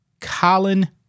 Colin